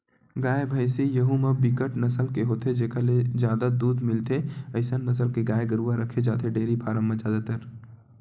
गाय, भइसी यहूँ म बिकट नसल के होथे जेखर ले जादा दूद मिलथे अइसन नसल के गाय गरुवा रखे जाथे डेयरी फारम म जादातर